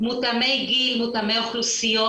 מותאמי גיל מותאמי אוכלוסיות,